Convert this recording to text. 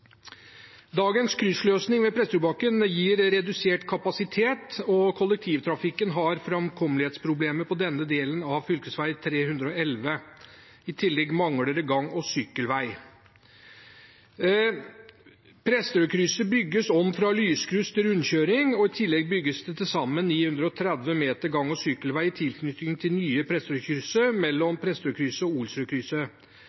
Dagens kryssløsning ved Presterødbakken gir redusert kapasitet, og kollektivtrafikken har framkommelighetsproblemer på denne delen av fv. 311. I tillegg mangler det gang- og sykkelvei. Presterødkrysset bygges om fra lyskryss til rundkjøring. I tillegg bygges det til sammen 930 meter gang- og sykkelvei i tilknytning til det nye